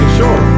sure